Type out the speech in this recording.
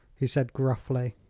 he said gruffly.